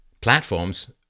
platforms